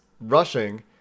rushing